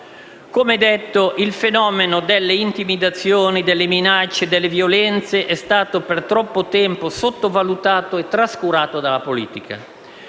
Come detto, il fenomeno delle intimidazioni, delle minacce e delle violenze è stato per troppo tempo sottovalutato e trascurato dalla politica.